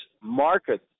market